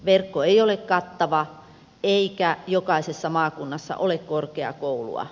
verkko ei ole kattava eikä jokaisessa maakunnassa ole korkeakoulua